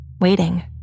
waiting